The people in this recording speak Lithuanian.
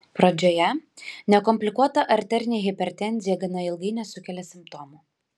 pradžioje nekomplikuota arterinė hipertenzija gana ilgai nesukelia simptomų